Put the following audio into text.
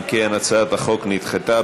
אם כן, הצעת החוק נדחתה.